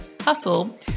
hustle